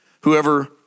whoever